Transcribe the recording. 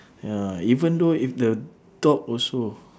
ya even though if the dog also